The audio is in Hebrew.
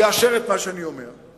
יאשר את מה שאני אומר.